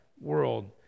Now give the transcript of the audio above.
world